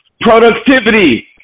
productivity